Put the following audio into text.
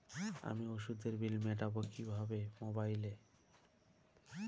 আমি ওষুধের বিল মেটাব কিভাবে মোবাইলে?